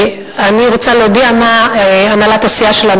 אני רוצה להודיע מה הנהלת הסיעה שלנו